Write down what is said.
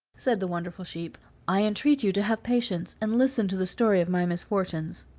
said the wonderful sheep i entreat you to have patience, and listen to the story of my misfortunes.